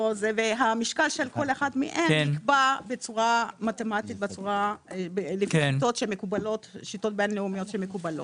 המשקל של כל אחד מהם נקבע בצורה מתמטית לפי שיטות בין-לאומיות שמקובלות.